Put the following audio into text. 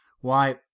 Why